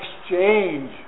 exchange